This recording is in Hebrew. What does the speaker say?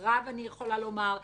אני יכולה לומר,